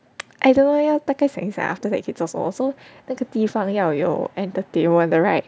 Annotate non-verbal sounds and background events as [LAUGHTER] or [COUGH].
[NOISE] I don't know leh 要大概想一想 after that 可以做什么 so 那个地方要有 entertainment 的 right